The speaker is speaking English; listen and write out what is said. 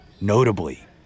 Notably